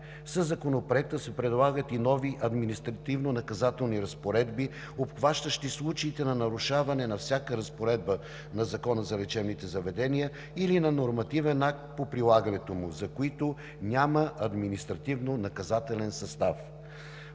Със Законопроекта се предлагат и нови административнонаказателни разпоредби, обхващащи случаите на нарушаване на всяка разпоредба на Закона за лечебните заведения или на нормативен акт по прилагането му, за които няма административнонаказателен състав.